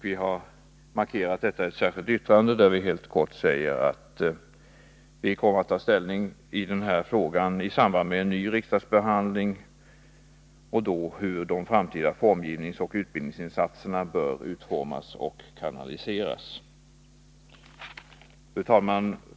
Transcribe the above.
Vi har markerat detta i ett särskilt yttrande, där vi helt kort säger att vi i samband med en ny riksdagsbehandling kommer att ta ställning till hur de framtida formgivningsoch utbildningsinsatserna bör utformas och kanaliseras. Fru talman!